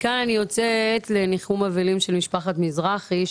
מכאן לניחום אבלים של משפחת מזרחי.